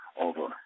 over